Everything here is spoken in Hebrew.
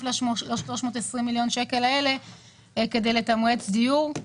ל-320 מיליוני השקלים כדי לתמרץ דיור.